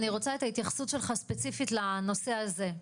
אני רוצה את ההתייחסות שלך לנושא הזה.